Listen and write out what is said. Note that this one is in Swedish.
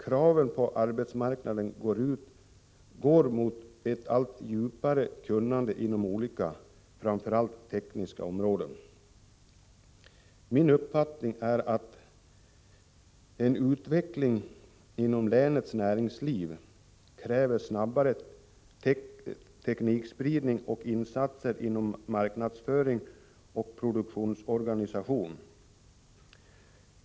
Kraven på arbetsmarknaden går mot ett allt djupare kunnande inom olika, framför allt tekniska, områden. Min uppfattning är att en utveckling inom länets näringsliv kräver snabbare teknikspridning och insatser inom marknadsföring och produktionsorganisation.